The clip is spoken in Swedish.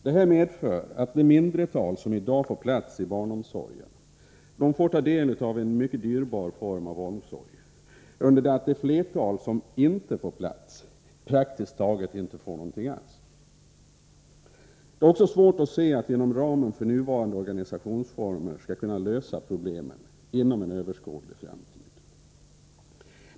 Det medför att det mindre tal som i dag får plats i barnomsorgen får ta del av en mycket dyrbar form av omsorg, under det att det flertal som inte får plats praktiskt taget inte får någonting alls. Det är också svårt att se att vi inom ramen för nuvarande organisationsformer skall kunna lösa problemet inom överskådlig framtid.